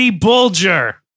Bulger